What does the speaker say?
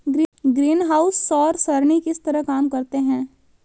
greenhouse सौर सरणी किस तरह काम करते हैं